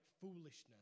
foolishness